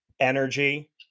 Energy